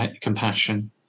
compassion